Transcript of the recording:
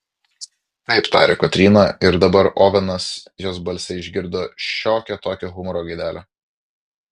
taip tarė kotryna ir dabar ovenas jos balse išgirdo šiokią tokią humoro gaidelę